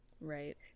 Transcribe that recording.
Right